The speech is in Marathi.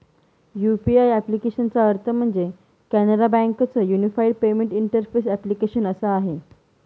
यु.पी.आय ॲप्लिकेशनचा अर्थ म्हणजे, कॅनरा बँके च युनिफाईड पेमेंट इंटरफेस ॲप्लीकेशन असा आहे